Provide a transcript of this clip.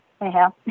Anyhow